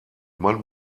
mann